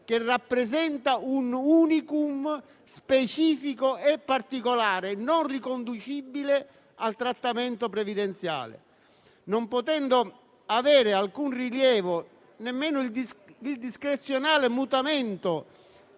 che rappresenta un *unicum* specifico e particolare non riconducibile al trattamento previdenziale, non potendo avere alcun rilievo nemmeno il discrezionale mutamento